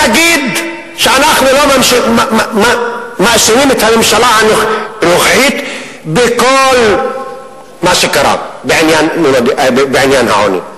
נגיד שאנחנו לא מאשימים את הממשלה הנוכחית בכל מה שקרה בעניין העוני,